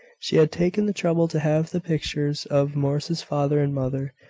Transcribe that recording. she had taken the trouble to have the pictures of morris's father and mother,